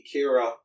Kira